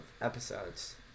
episodes